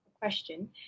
question